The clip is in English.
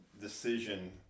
decision